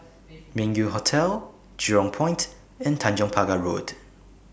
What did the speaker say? Meng Yew Hotel Jurong Point and Tanjong Pagar Road